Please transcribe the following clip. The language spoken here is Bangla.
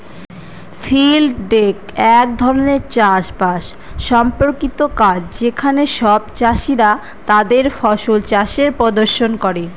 ফিল্ড ডেক এক ধরনের চাষ বাস সম্পর্কিত কাজ যেখানে সব চাষীরা তাদের ফসল চাষের প্রদর্শন করে